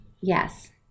Yes